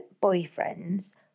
boyfriend's